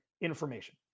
information